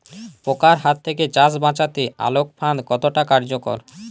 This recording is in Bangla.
পোকার হাত থেকে চাষ বাচাতে আলোক ফাঁদ কতটা কার্যকর?